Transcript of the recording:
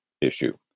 issue